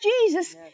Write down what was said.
Jesus